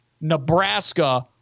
Nebraska